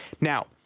Now